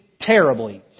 terribly